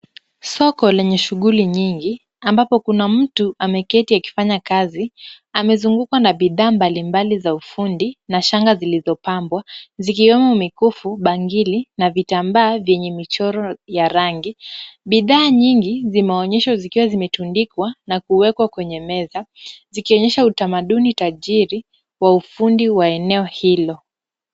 Soko lenye shughuli nyingi ambapo kuna mtu ameketi akifanya kazi, amezungukwa na bidhaa mbali mbali za ufundi na shanga zilizopambwa, zikiwemo mikufu, bangili na vitambaa vyenye michoro ya rangi. Bidhaa nyingi zimeonyeshwa kama zimetundikwa na kuwekwa kwenye meza, zikionyesha utamaduni tajiri wa ufundi wa eneo hilo.